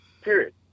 Period